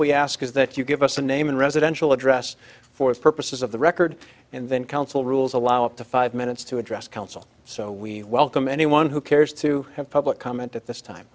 we ask is that you give us the name and residential address for the purposes of the record and then council rules allow up to five minutes to address council so we welcome anyone who cares to have public comment at this time